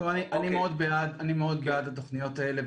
אני מאוד בעד התוכניות האלה.